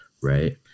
right